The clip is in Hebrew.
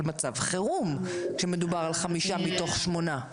מצב חירום כשמדובר על חמישה מתוך שמונה.